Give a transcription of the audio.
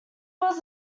was